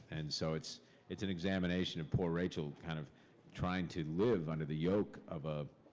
and so it's it's an examination of poor rachel kind of trying to live under the yoke of of